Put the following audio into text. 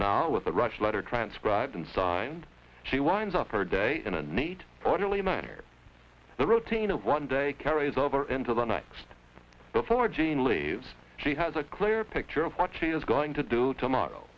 job with the rush letter transcribed and signed she winds up her day in a neat orderly manner the routine of one day carries over into the next before jeanne leaves she has a clear picture of what she is going to do tomorrow